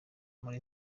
kuri